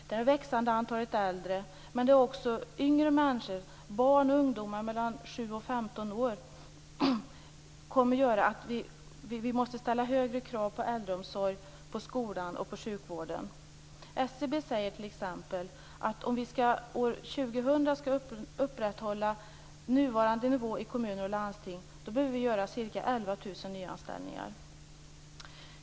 Det växande antalet äldre och även yngre människor - barn och ungdomar i åldern 7-15 år - gör att vi måste ställa högre krav på äldreomsorgen, skolan och sjukvården. SCB säger t.ex. att om vi år 2000 skall upprätthålla nuvarande nivå i kommuner och landsting behövs det ca 11 000 nyanställningar.